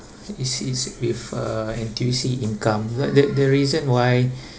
it's it's with uh N_T_U_C income the the the reason why